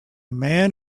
man